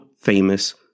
famous